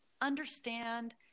understand